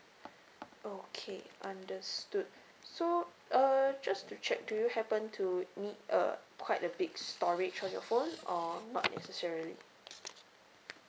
okay understood so uh just to check do you happen to need uh quite a big storage on your phone or not necessarily